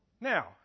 now